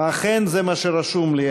אכן, זה מה שרשום לי.